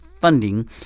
Funding